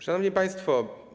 Szanowni Państwo!